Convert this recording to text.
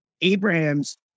Abraham's